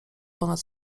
ponad